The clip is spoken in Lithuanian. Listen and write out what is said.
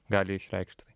gali išreikšti tai